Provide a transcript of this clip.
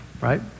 right